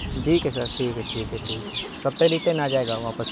ٹھیک ہے سر ٹھیک ہے ٹھیک ہے ٹھیک کب تک ریٹین آ جائے گا واپس